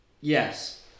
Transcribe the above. Yes